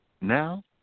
now